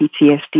PTSD